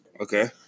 Okay